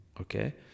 okay